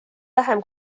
vähem